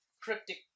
Cryptic